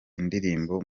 indirimbo